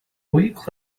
week